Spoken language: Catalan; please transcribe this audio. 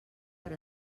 per